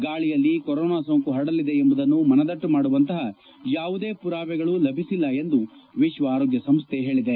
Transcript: ಗಾಳಿಯಲ್ಲಿ ಕೊರೋನಾ ಸೋಂಕು ಹರಡಲಿದೆ ಎಂಬುದನ್ನು ಮನದಟ್ಟು ಮಾಡುವಂತಹ ಯಾವುದೇ ಪುರಾವೆಗಳು ಲಭಿಸಿಲ್ಲ ಎಂದು ವಿಶ್ವ ಆರೋಗ್ಯ ಸಂಸ್ಥೆ ಹೇಳಿದೆ